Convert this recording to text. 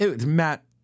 Matt